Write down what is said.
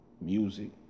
music